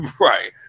right